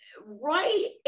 right